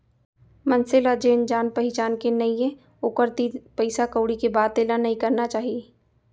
मनसे ल जेन जान पहिचान के नइये ओकर तीर पइसा कउड़ी के बाते ल नइ करना चाही